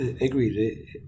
Agreed